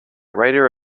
writer